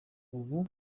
ubu